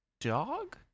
dog